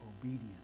obedience